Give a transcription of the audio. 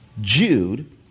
Jude